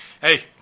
Hey